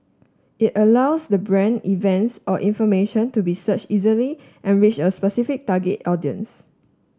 it allows the brand events or information to be searched easily and reach a specific target audience